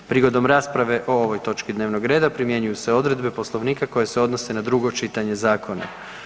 Prigodom rasprave o ovoj točki dnevnog reda primjenjuju se odredbe Poslovnika koje se odnose na drugo čitanje zakona.